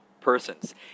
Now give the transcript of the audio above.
persons